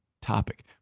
topic